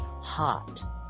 Hot